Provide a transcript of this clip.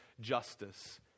justice